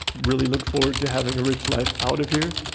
really look forward to having a rich life out of here